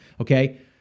okay